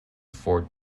ford